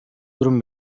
durum